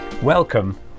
Welcome